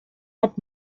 hat